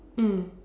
mm